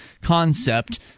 concept